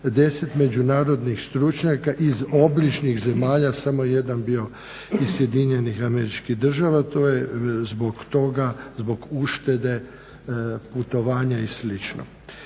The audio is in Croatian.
i 10 međunarodnih stručnjaka iz obližnjih zemalja, samo je jedan bio iz SAD-a. To je zbog toga, zbog uštede putovanja i